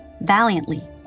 valiantly